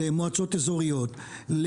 למועצות אזוריות,